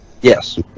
Yes